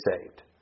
saved